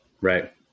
right